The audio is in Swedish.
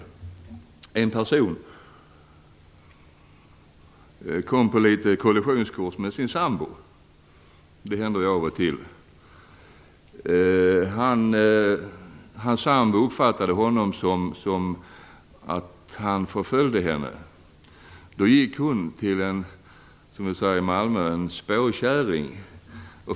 Det är i och för sig mycket extremt. Det händer ju av och till. Hans sambo uppfattade att han förföljde henne. Då gick hon till en spåkärring, som vi säger i Malmö.